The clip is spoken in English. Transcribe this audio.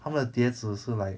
他们的碟子是 like